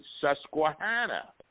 Susquehanna